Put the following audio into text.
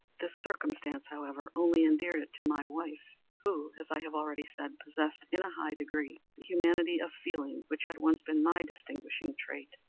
this circumstance, however, only endeared it to my wife, who, as i have already said, possessed, in a high degree, that humanity of feeling which had once been my distinguishing trait,